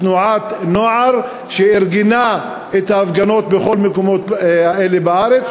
תנועת נוער שארגנה את ההפגנות בכל המקומות האלה בארץ,